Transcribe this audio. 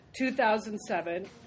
2007